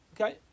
okay